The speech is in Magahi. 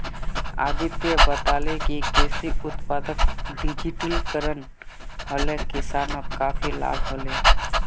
अदित्य बताले कि कृषि उत्पादक डिजिटलीकरण हले किसानक काफी लाभ हले